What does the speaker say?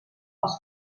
als